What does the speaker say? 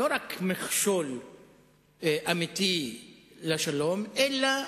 לא רק מכשול אמיתי לשלום, אלא